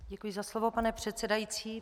Děkuji za slovo, pane předsedající.